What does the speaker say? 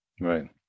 Right